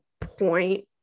point